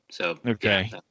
Okay